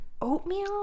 oatmeal